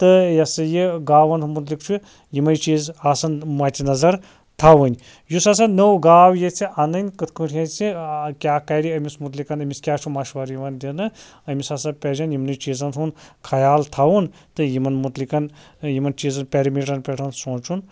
تہٕ یہِ ہَسا یہِ گاوَن مُتعلِق چھِ یمے چیٖز آسان مَچہِ نَظَر تھاوٕنۍ یُس ہَسا نٔو گاو ییٚژھِ اَنٕنۍ کِتھٕ پٲٹھۍ ییٚژھِ کیٛاہ کَرِ أمِس مُتعلِقَ أمِس کیٛاہ چھُ مَشوَر یِوان دِنہٕ أمِس ہَسا پَز یمنے چیٖزَن ہُنٛد خیال تھاوُن تہٕ یمن مُتعلِقَ یمن چیٖزَن پیٚرِمیٖٹرَن پٮ۪ٹھ سونٛچُن